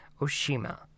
Oshima